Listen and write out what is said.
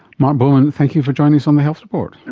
mark bowman, thank you for joining us on the health report.